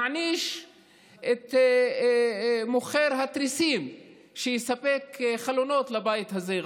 להעניש את מוכר התריסים שיספק חלונות לבית הזה,